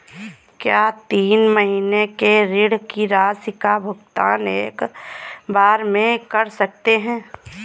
क्या तीन महीने के ऋण की राशि का भुगतान एक बार में कर सकते हैं?